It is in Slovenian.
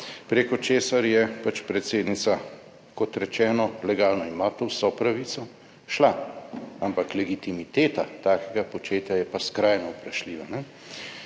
preko česar je pač predsednica, kot rečeno, legalno ima to vso pravico, šla. Ampak legitimiteta takega početja je pa skrajno vprašljiva.